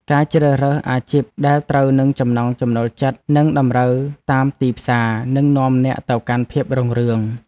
ការជ្រើសរើសអាជីពដែលត្រូវនឹងចំណង់ចំណូលចិត្តនិងតម្រូវការទីផ្សារនឹងនាំអ្នកទៅកាន់ភាពរុងរឿង។